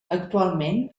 actualment